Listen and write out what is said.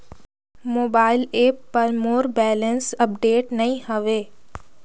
mobile app पर मोर balance update नई हवे